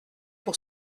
pour